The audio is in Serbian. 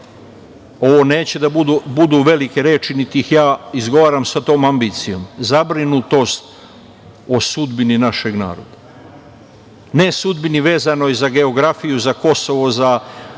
ovo neće da budu velike reči niti ih ja izgovaram sa tom ambicijom, zabrinutost o sudbini našeg naroda, ne sudbini vezano za geografiju za Kosovo, za